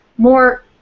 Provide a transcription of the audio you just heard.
more